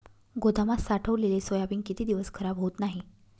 गोदामात साठवलेले सोयाबीन किती दिवस खराब होत नाही?